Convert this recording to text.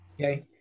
okay